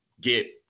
get